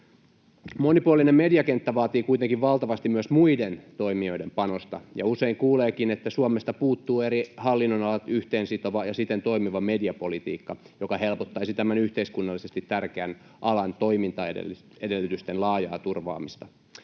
Monipuolinen mediakenttä vaatii kuitenkin valtavasti myös muiden toimijoiden panosta, ja usein kuuleekin, että Suomesta puuttuu eri hallinnonalat yhteen sitova ja siten toimiva mediapolitiikka, joka helpottaisi tämän yhteiskunnallisesti tärkeän alan toimintaedellytysten laajaa turvaamista.